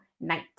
night